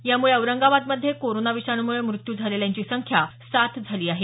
यामुळे औरंगाबादमध्ये कोरोना विषाणूमुळे मृत्यु झालेल्यांची संख्या सात झाली आहे